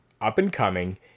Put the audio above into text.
up-and-coming